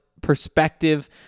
perspective